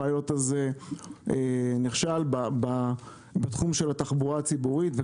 הפיילוט הזה נכשל בתחום של התחבורה הציבורית.